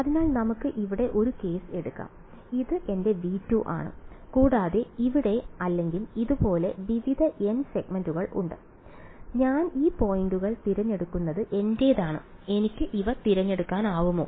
അതിനാൽ നമുക്ക് ഇവിടെ ഒരു കേസ് എടുക്കാം ഇത് എന്റെ V2 ആണ് കൂടാതെ ഇവിടെ അല്ലെങ്കിൽ ഇതുപോലെ വിവിധ n സെഗ്മെന്റുകൾ ഉണ്ട് ഞാൻ ഈ പോയിന്റുകൾ തിരഞ്ഞെടുക്കുന്നത് എന്റേതാണ് എനിക്ക് ഇവ തിരഞ്ഞെടുക്കാനാകുമോ